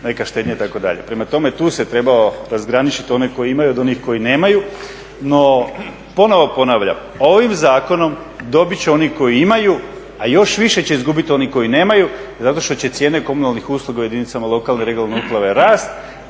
neka štednja itd. Prema tome, tu se trebalo razgraničit one koji imaju od onih koji nemaju. No ponovo ponavljam, ovim zakonom dobit će oni koji imaju, a još više će izgubit oni koji nemaju zato što će cijene komunalnih usluga u jedinicama lokalne regionalne uprave rasti.